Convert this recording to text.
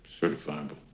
Certifiable